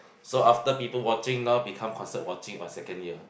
so after people watching now become concert watching on second year